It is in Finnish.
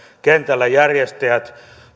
kentällä järjestäjät